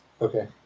Okay